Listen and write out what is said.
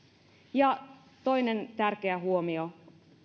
toinen tärkeä huomio